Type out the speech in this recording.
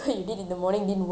okay then after that